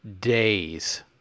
days